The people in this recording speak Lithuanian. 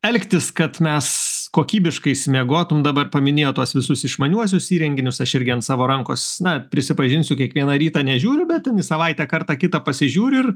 elgtis kad mes kokybiškai isimiegotum dabar paminėjot tuos visus išmaniuosius įrenginius aš irgi ant savo rankos na prisipažinsiu kiekvieną rytą nežiūriu bet savaitę kartą kitą pasižiūriu ir